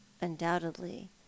undoubtedly